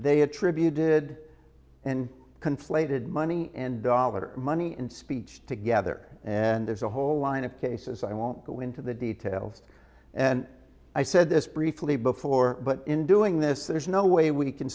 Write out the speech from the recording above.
they attributed and conflated money and dollar money in speech together and there's a whole line of cases i won't go into the details and i said this briefly before but in doing this there's no way we can